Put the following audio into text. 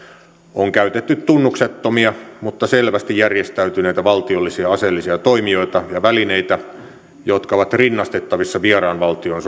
on käytetty tunnuksettomia mutta selvästi järjestäytyneitä valtiollisia aseellisia toimijoita ja välineitä jotka ovat rinnastettavissa vieraan valtion